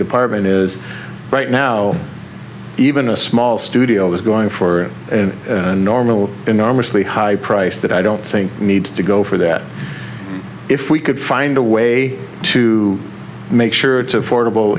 department is right now even a small studio is going for a normal enormously high price that i don't think needs to go for that if we could find a way to make sure it's affordable